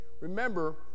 Remember